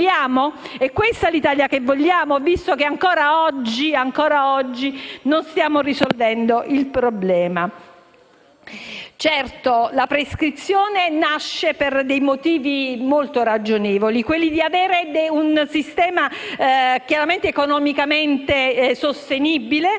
Questa è l'Italia che vogliamo, visto che ancora oggi non stiamo risolvendo il problema? Certo, la prescrizione nasce per dei motivi molto ragionevoli: avere un sistema economicamente sostenibile,